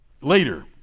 later